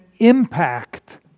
impact